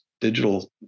Digital